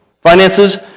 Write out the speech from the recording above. finances